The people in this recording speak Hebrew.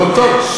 אבל טוב,